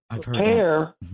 Prepare